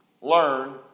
Learn